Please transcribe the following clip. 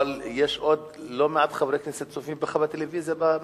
אבל יש לא מעט חברי כנסת שצופים בך בטלוויזיה במשרדים.